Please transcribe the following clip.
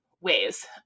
ways